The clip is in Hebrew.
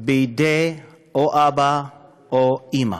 בידי אבא או אימא.